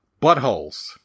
buttholes